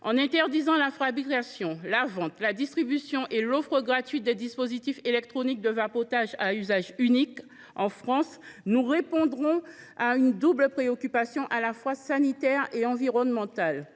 En interdisant la fabrication, la vente, la distribution et l’offre gratuite des dispositifs électroniques de vapotage à usage unique en France, nous répondrons à une double préoccupation, à la fois sanitaire et environnementale.